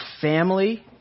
family